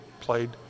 played